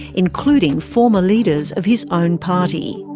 including former leaders of his own party.